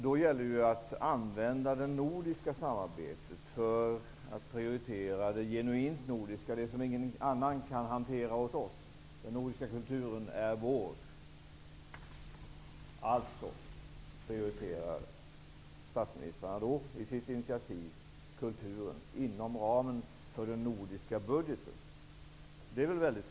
Det gäller då att använda det nordiska samarbetet för att prioritera det genuint nordiska, det som ingen annan kan hantera åt oss. Den nordiska kulturen är vår; alltså prioriterar statsministrarna i sitt initiativ kulturen inom ramen för den nordiska budgeten. Det är mycket tydligt.